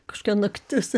kažkokia naktis